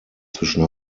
zwischen